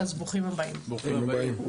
ברוכים הבאים.